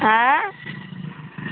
आयँ